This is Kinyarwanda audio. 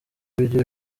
ibyo